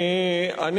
תודה רבה לך,